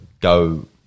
go